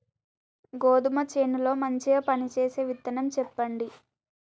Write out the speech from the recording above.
గోధుమ చేను లో మంచిగా పనిచేసే విత్తనం చెప్పండి?